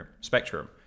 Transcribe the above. spectrum